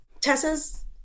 tessa's